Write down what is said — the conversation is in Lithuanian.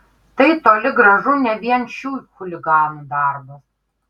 tai toli gražu ne vien šių chuliganų darbas